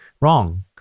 Wrong